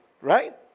Right